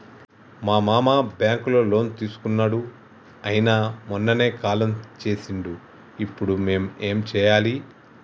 మా మామ బ్యాంక్ లో లోన్ తీసుకున్నడు అయిన మొన్ననే కాలం చేసిండు ఇప్పుడు మేం ఏం చేయాలి?